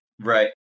Right